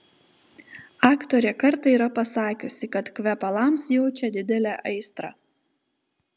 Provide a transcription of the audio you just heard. aktorė kartą yra pasakiusi kad kvepalams jaučia didelę aistrą